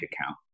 account